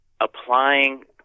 applying